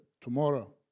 tomorrow